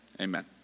amen